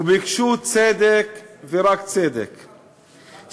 וביקשו צדק ורק צדק,